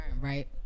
right